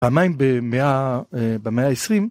פעמיים במאה אה... במאה ה-20